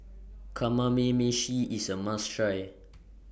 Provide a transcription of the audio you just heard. IS A must Try